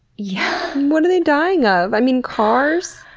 yeah what are they dying of? i mean, cars?